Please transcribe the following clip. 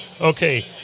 Okay